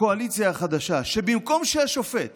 הקואליציה החדשה, שבמקום שהשופט